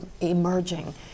emerging